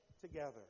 together